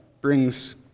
brings